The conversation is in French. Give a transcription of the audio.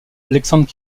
alexandre